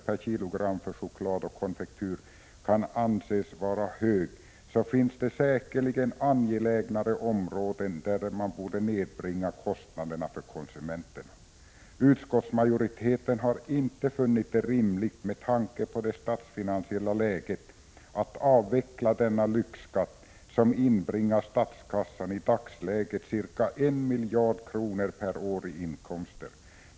per kilogram för choklad och konfektyr kan anses vara hög, finns det säkerligen angelägnare områden där kostnaderna för konsumenterna borde nedbringas. Utskottsmajoriteten har inte funnit det rimligt, med tanke på det statsfinansiella läget, att avveckla denna lyxskatt, som i dagsläget inbringar statskassan ca 1 miljard kronor per år i inkomster.